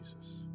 Jesus